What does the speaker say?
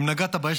אם נגעת באש,